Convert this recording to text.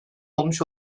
olmuş